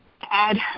add